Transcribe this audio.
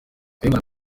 kayumba